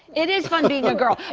it is fun being a girl.